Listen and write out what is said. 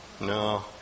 No